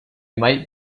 might